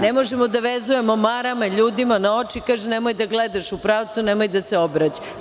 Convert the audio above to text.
Ne možemo da vezujemo marame ljudima na oči i kažemo – nemoj da gledaš u pravcu, nemoj da se obraćaš.